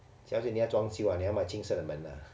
家给人家装修你要买青色的门 ah